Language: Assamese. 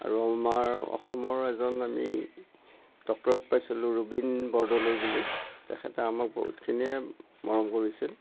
আৰু আমাৰ অসমৰ এজন আমি ডক্টৰেট পাইছিলোঁ ৰুবিন বৰদলৈ বুলি তেখেতে আমাক বহুত খিনিয়ে মৰম কৰিছিল